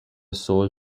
soul